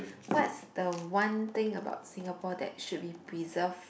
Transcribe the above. what's the one thing about Singapore that should be preserve